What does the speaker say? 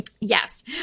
Yes